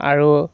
আৰু